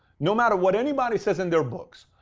no matter what anybody says in their books,